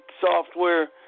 software